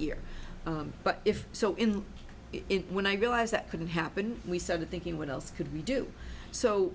figure but if so in it when i realized that couldn't happen we started thinking what else could we do so